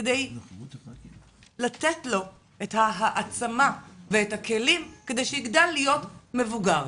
כדי לתת לו את העצמה ואת הכלים כדי שיגדל להיות מבוגר.